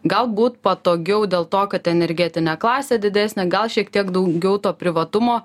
galbūt patogiau dėl to kad energetinė klasė didesnė gal šiek tiek daugiau to privatumo